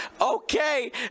Okay